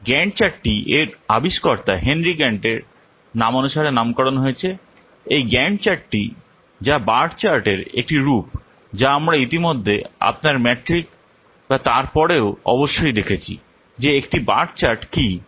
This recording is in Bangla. গ্যান্ট চার্টটি এর আবিষ্কর্তা হেনরি গ্যান্টের নামানুসারে নামকরণ করা হয়েছে এই গ্যান্ট চার্টটি যা বার চার্টের একটি রূপ যা আমরা ইতিমধ্যে আপনার ম্যাট্রিক বা তারপরেও অবশ্যই দেখেছি যে একটি বার চার্ট কী তা সম্পর্কে অবশ্যই দেখেছি